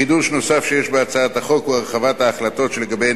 חידוש נוסף שיש בהצעת החוק הוא הרחבת ההחלטות שלגביהן